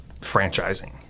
franchising